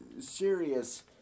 serious